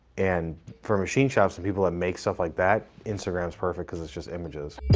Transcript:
and for machine shops to people that make stuff like that, instagram's perfect, cause it's just images.